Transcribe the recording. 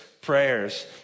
prayers